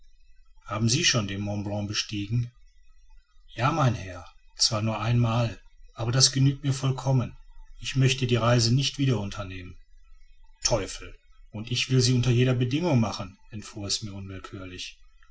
haben sie schon den mont blanc bestiegen ja mein herr zwar nur ein mal aber das genügt mir vollkommen ich möchte die reise nicht wieder unternehmen teufel und ich will sie unter jeder bedingung machen entfuhr mir